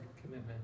commitment